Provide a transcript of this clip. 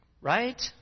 right